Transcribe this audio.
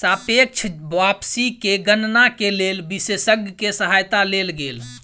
सापेक्ष वापसी के गणना के लेल विशेषज्ञ के सहायता लेल गेल